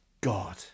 God